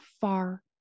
far